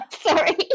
sorry